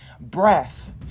breath